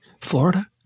Florida